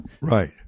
Right